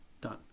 Done